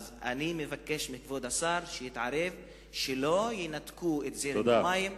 אז אני מבקש מכבוד השר שיתערב שלא ינתקו את זרם המים,